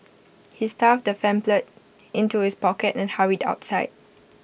he stuffed the pamphlet into his pocket and hurried outside